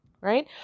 Right